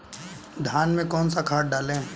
धान में कौन सा खाद डालें?